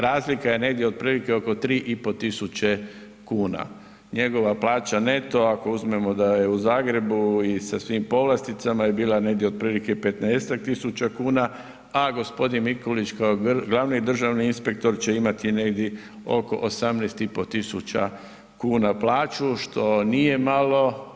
Razlika je negdje otprilike oko 3.500 kuna, njegova plaća neto ako uzmemo da je u Zagrebu i sa svim povlasticama je bila negdje otprilike 15-tak tisuća kuna, a gospodin Mikulić kao glavni državni inspektor će imati negdje oko 18.500 kuna plaću što nije malo.